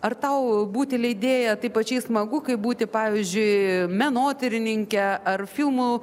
ar tau būti leidėja taip pačiai smagu kaip būti pavyzdžiui menotyrininke ar filmų